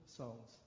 songs